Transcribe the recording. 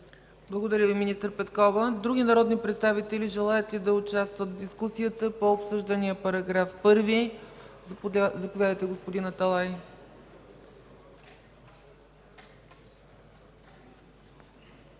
Благодаря, министър Петкова. Други народни представители желаят ли да участват в дискусията по обсъждания § 1? Заповядайте, господин Аталай.